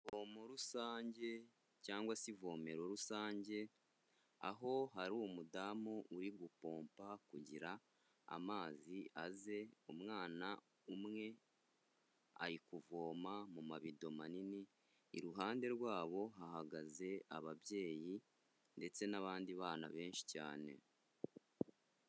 Ivomo muri rusange cyangwa se ivomero rusange, aho hari umudamu uri gupompa kugira amazi aze, umwana umwe ari kuvoma mu mabido manini, iruhande rwabo hahagaze ababyeyi ndetse n'abandi bana benshi cyane.